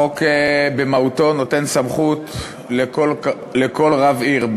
החוק במהותו נותן סמכות לכל רב עיר,